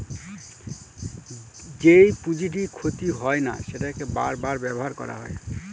যেই পুঁজিটি ক্ষতি হয় না সেটাকে বার বার ব্যবহার করা হয়